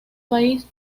país